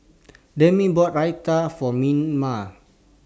Damien bought Raita For